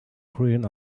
green